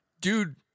dude